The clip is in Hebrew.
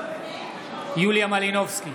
יוליה מלינובסקי,